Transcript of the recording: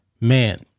Man